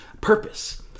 purpose